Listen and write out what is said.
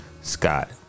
Scott